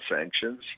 sanctions